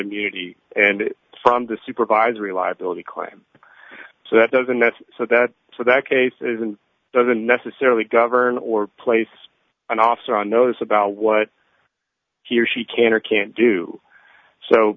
immunity and from the supervisory liability claim so that doesn't that's so that so that case isn't doesn't necessarily govern or place an officer on notice about what he or she can or can't do so